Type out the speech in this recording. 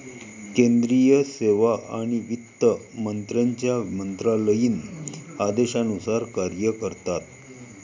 केंद्रीय सेवा आणि वित्त मंत्र्यांच्या मंत्रालयीन आदेशानुसार कार्य करतात